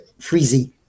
freezy